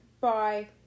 Bye